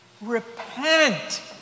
repent